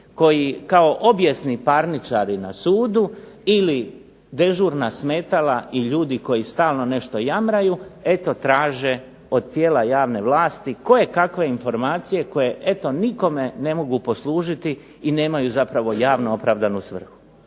koji kao objesni parničari na sudu ili dežurna smetala i ljudi koji stalno nešto jamraju eto traže od tijela javne vlasti kojekakve informacije koje eto nikome ne mogu poslužiti i nemaju zapravo javno opravdanu svrhu.